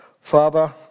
Father